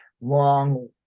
long